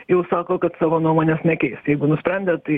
jau sako kad savo nuomonės nekeis jeigu nusprendė tai